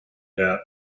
debt